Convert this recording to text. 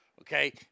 okay